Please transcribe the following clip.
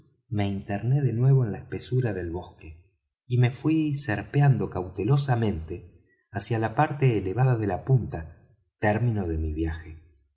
me interné de nuevo en la espesura del bosque y me fuí serpeando cautelosamente hacia la parte elevada de la punta término de mi viaje